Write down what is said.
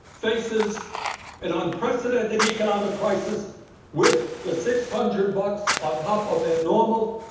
faces an unprecedented economic crisis with the six hundred bucks on top of their normal,